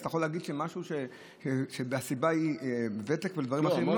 אז אתה יכול להגיד שהסיבה היא ותק ודברים אחרים?